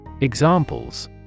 Examples